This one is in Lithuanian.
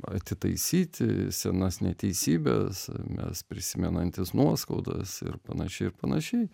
atitaisyti senas neteisybes mes prisimenantys nuoskaudas ir panašiai ir panašiai